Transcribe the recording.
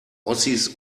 ossis